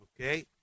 Okay